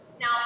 Now